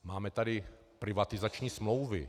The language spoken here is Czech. Máme tady privatizační smlouvy.